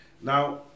Now